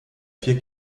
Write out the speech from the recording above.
vier